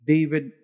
David